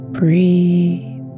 Breathe